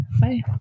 bye